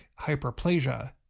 hyperplasia